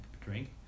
drink